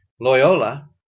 Loyola